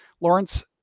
Lawrence